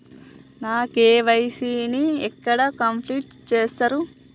నా కే.వై.సీ ని ఎక్కడ కంప్లీట్ చేస్తరు?